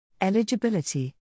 Eligibility